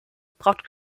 braucht